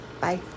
Bye